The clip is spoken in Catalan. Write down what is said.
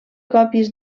còpies